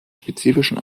spezifischen